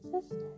sister